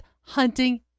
hunting